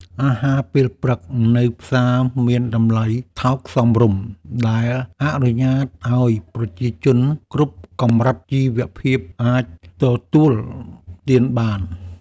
អាហារពេលព្រឹកនៅផ្សារមានតម្លៃថោកសមរម្យដែលអនុញ្ញាតឱ្យប្រជាជនគ្រប់កម្រិតជីវភាពអាចទទួលទានបាន។